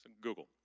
Google